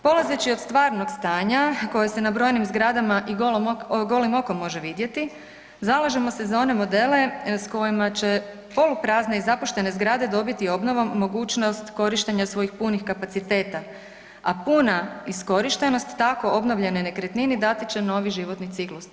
Polazeći od stvarnog stanja koja se na brojim zgradama i golim okom može vidjeti zalažemo se za one modele s kojima će poluprazne i zapuštene zgrade dobiti obnovom mogućnost korištenja svojih punih kapaciteta, a puna iskorištenost tako obnovljenoj nekretnini dati će novi životni ciklus.